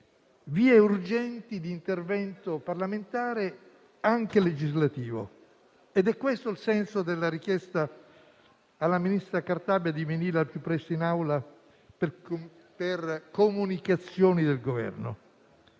vie urgenti di intervento, parlamentare e anche legislativo. È questo il senso della richiesta alla ministra Cartabia di venire al più presto in Aula per comunicazioni del Governo.